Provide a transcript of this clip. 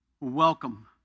Welcome